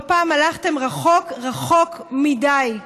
לא פעם הלכתם רחוק, רחוק מדי.